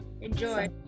Enjoy